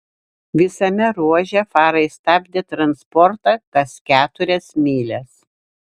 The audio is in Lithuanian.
visame ruože farai stabdė transportą kas keturias mylias